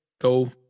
go